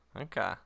Okay